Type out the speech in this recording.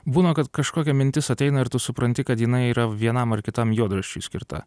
būna kad kažkokia mintis ateina ir tu supranti kad jinai yra vienam ar kitam juodraščiui skirta